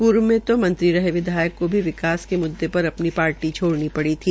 पूर्व मे नौ मंत्री रहे विधायक को भी विकास के मुददे पर अपनी पार्टी छोड़नी पड़ी थी